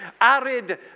arid